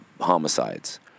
homicides